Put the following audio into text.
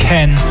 Ken